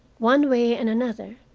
one way and another,